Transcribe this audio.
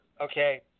okay